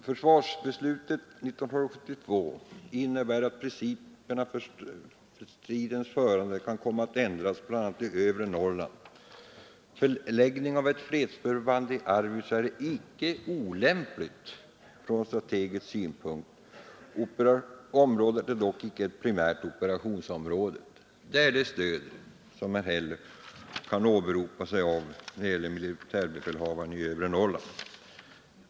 ——— Försvarsbeslutet 1972 innebär att principerna för stridens förande kan komma att ändras, bl.a. i övre Norrland. Förläggning av ett fredsförband i Arvidsjaur är icke olämpligt från strategisk synpunkt. ——— Området är dock icke ett primärt operationsområde.” Det är det stöd som herr Häll kan åberopa när det gäller militärbefälhavaren i övre Norrland.